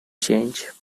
change